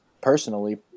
personally